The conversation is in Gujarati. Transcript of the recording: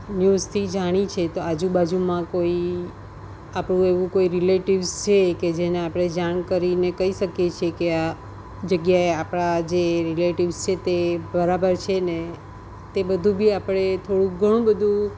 ન્યુઝથી જાણી છે તો આજુબાજુમાં કોઈ આપણું એવું કોઈ રિલેટીવ્સ છે કે જેને આપણે જાણ કરીને કઈ શકીએ છે કે આ જગ્યાએ આપણા જે રિલેટીવ્સ છે તે બરાબર છે ને તે બધું બી આપણે થોડું ઘણું બધું